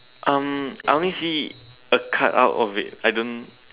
um I only see a cut out of it I don't